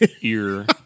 ear